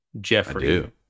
Jeffrey